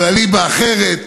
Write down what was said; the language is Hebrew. על הליבה האחרת.